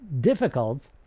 difficult